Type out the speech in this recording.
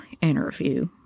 interview